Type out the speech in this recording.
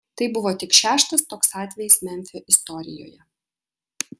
tai buvo tik šeštas toks atvejis memfio istorijoje